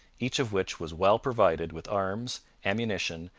each of which was well provided with arms, ammunition,